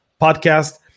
podcast